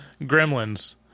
Gremlins